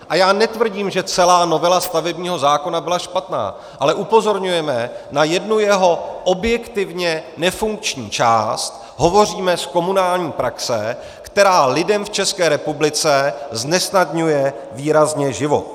A já netvrdím, že celá novela stavebního zákona byla špatná, ale upozorňujeme na jednu jeho objektivně nefunkční část, hovoříme z komunální praxe, která lidem v České republice znesnadňuje výrazně život.